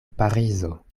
parizo